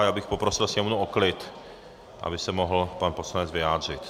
Já bych poprosil Sněmovnu o klid, aby se mohl pan poslanec vyjádřit.